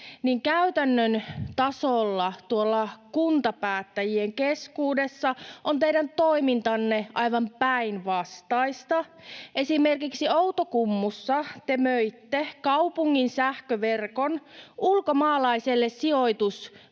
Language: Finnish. käytännön tasolla tuolla kuntapäättäjien keskuudessa on teidän toimintanne aivan päinvastaista. Esimerkiksi Outokummussa te möitte kaupungin sähköverkon ulkomaalaiselle sijoitusrahastoyhtiölle.